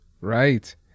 right